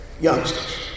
youngsters